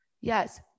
Yes